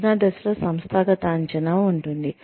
అంచనా దశలో సంస్థాగత అంచనా ఉంటుంది